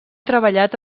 treballat